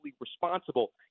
responsible